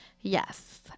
yes